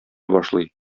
башлый